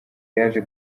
yaje